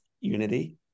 unity